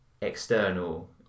external